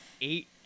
eight